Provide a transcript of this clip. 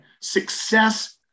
Success